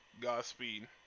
Godspeed